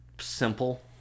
simple